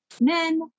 Men